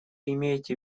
имеете